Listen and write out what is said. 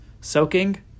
Soaking